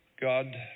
God